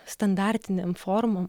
standartinėm formom